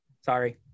Sorry